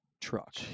truck